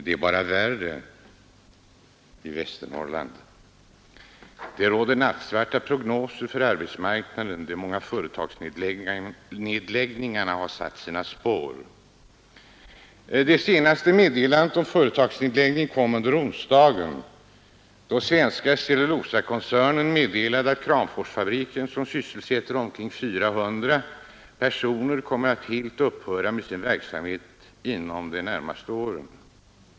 Det är bara ännu värre i Västernorrland. Där har man nattsvarta prognoser för arbetsmarknaden — de många företagsnedläggningarna har satt sina spår. Det senaste meddelandet om företagsnedläggning kom under onsdagen då Svenska cellulosa AB meddelade att Kramforsfabriken, som sysselsätter omkring 400 personer, kommer att helt upphöra med sin verksamhet inom de närmaste åren.